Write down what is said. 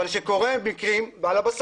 אבל כשקורים מקרים וזה חוויתי על בשרי